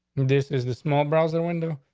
this is the small browser window,